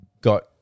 got